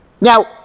Now